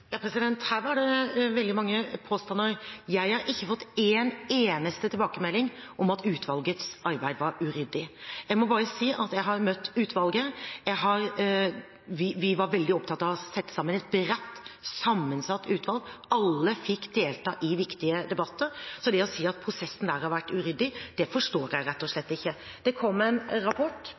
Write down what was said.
Her var det veldig mange påstander. Jeg har ikke fått en eneste tilbakemelding om at utvalgets arbeid var uryddig. Jeg må bare si at jeg har møtt utvalget, vi var veldig opptatt av å sette sammen et bredt sammensatt utvalg, og alle fikk delta i viktige debatter. Så det å si at prosessen der har vært uryddig, det forstår jeg rett og slett ikke. Det kom en rapport,